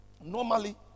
Normally